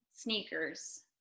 sneakers